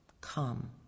come